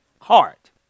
heart